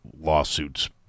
lawsuits